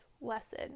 lesson